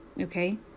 okay